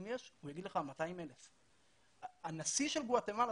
יש הוא יגיד לך 200,000. הנשיא של גואטמלה,